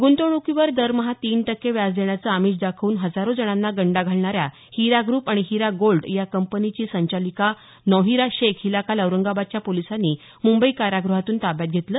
गृंतवणुकीवर दरमहा तीन टक्के व्याज देण्याचं आमिष दाखवून हजारो जणांना गंडा घालणाऱ्या हिरा ग्र्प आणि हिरा गोल्ड या कंपनीची संचालिका नौहिरा शेख हिला काल औरंगाबादच्या पोलिसांनी मुंबई कारागृहातून ताब्यात घेतलं